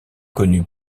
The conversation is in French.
connue